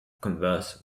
converse